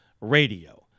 radio